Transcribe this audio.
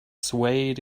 swayed